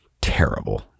terrible